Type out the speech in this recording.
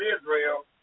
Israel